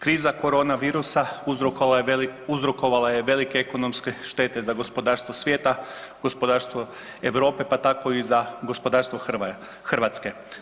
Kriza korona virusa uzrokovala je velike ekonomske štete za gospodarstvo svijeta, gospodarstvo Europe pa tako i za gospodarstvo Hrvatske.